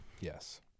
Yes